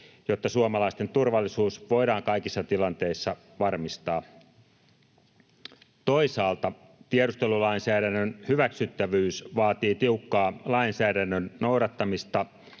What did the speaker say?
jotta suomalaisten turvallisuus voidaan kaikissa tilanteissa varmistaa. Toisaalta tiedustelulainsäädännön hyväksyttävyys vaatii tiukkaa lainsäädännön noudattamista